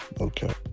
Okay